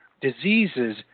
diseases